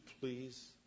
please